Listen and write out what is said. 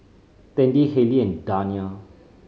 Tandy Hayley and Dania